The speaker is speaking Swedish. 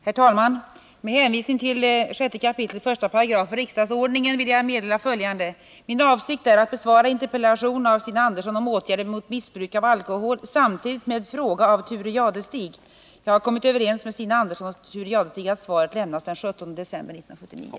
Herr talman! Med hänvisning till 6 kap. 1§ riksdagsordningen vill jag meddela följande. Min avsikt är att besvara interpellationen av Stina Andersson om åtgärder mot missbruk av alkohol samtidigt med en fråga av Thure Jadestig. Jag har kommit överens med Stina Andersson och Thure Jadestig att svar lämnas den 17 december 1979.